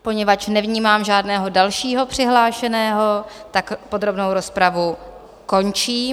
Poněvadž nevnímám žádného dalšího přihlášeného, podrobnou rozpravu končím.